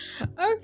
Okay